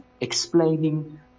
explaining